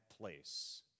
place